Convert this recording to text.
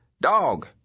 Dog